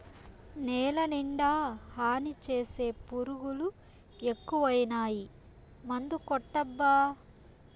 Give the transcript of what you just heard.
నేలనిండా హాని చేసే పురుగులు ఎక్కువైనాయి మందుకొట్టబ్బా